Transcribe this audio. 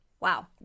Wow